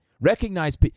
Recognize